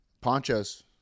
Ponchos